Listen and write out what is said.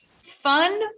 Fun